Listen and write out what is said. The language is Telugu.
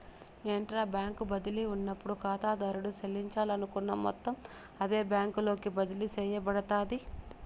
ఇంట్రా బ్యాంకు బదిలీ ఉన్నప్పుడు కాతాదారుడు సెల్లించాలనుకున్న మొత్తం అదే బ్యాంకులోకి బదిలీ సేయబడతాది